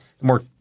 more